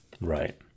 Right